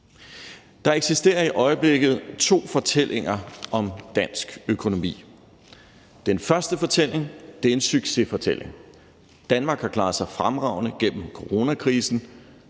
Der eksisterer i øjeblikket to fortællinger om dansk økonomi. Den første fortælling er en succesfortælling. Danmark har klaret sig fremragende gennem coronakrisen.